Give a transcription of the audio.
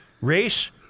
race